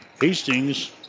Hastings